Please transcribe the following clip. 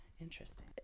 Interesting